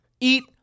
eat